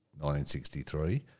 1963